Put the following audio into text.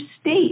state